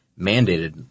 mandated